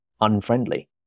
unfriendly